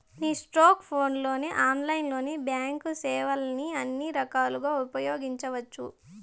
నీ స్కోర్ట్ ఫోన్లలో ఆన్లైన్లోనే బాంక్ సేవల్ని అన్ని రకాలుగా ఉపయోగించవచ్చు